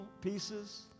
pieces